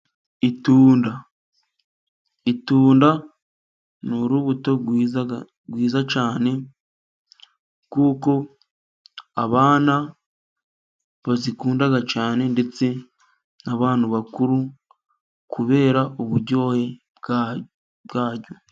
Itunda. Itunda ni urubuto rwiza cyane kuko abana barikunda cyane ndetse n'abantu bakuru kubera uburyohe bwaryo.